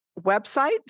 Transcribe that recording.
website